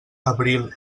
abril